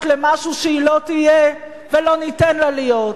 למשהו שהיא לא תהיה ולא ניתן לה להיות.